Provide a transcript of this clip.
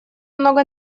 много